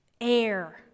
air